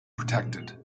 protected